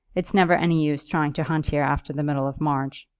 it's never any use trying to hunt here after the middle of march.